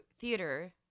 theater